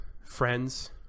friends